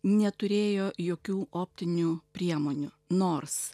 neturėjo jokių optinių priemonių nors